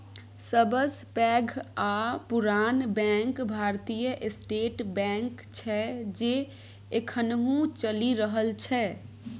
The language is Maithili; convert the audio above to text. सबसँ पैघ आ पुरान बैंक भारतीय स्टेट बैंक छै जे एखनहुँ चलि रहल छै